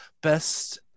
best